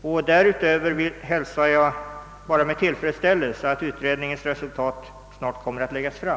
Jag hälsar med tillfredsställelse statsrådets besked att utredningens resultat snart kommer att läggas fram.